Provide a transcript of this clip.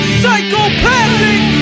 Psychopathic